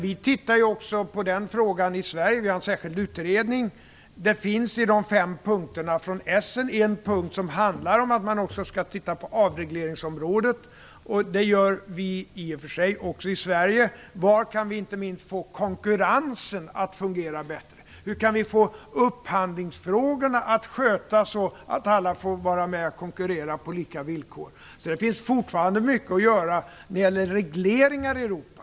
Vi tittar också på den frågan i Sverige, och det finns en särskild utredning. Det finns bland de fem punkterna från Essenmötet en punkt som handlar om att man också skall titta på avregleringsområdet, och det gör vi i och för sig också i Sverige. Hur kan vi inte minst få konkurrensen att fungera bättre? Hur kan upphandlingsfrågorna skötas så att alla får vara med och konkurrera på lika villkor? Det finns alltså fortfarande mycket att göra när det gäller regleringar i Europa.